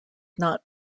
not